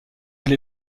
elle